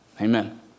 Amen